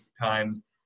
times